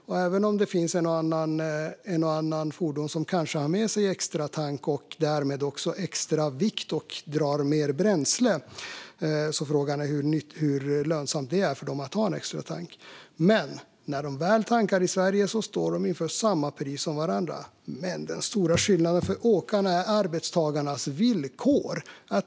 Det kanske finns ett och annat fordon som har med sig extratank och därmed också extra vikt och som därför drar mer bränsle, så frågan är hur lönsamt det är. Men när de väl tankar i Sverige står de inför samma pris som alla andra. Den stora skillnaden för åkarna är i stället arbetstagarnas villkor.